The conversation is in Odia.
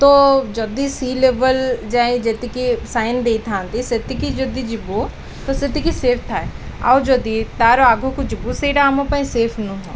ତ ଯଦି ସି ଲେବଲ୍ ଯାଏ ଯେତିକି ସାଇନ୍ ଦେଇଥାନ୍ତି ସେତିକି ଯଦି ଯିବୁ ତ ସେତିକି ସେଫ୍ ଥାଏ ଆଉ ଯଦି ତା'ର ଆଗକୁ ଯିବୁ ସେଇଟା ଆମ ପାଇଁ ସେଫ୍ ନୁହଁ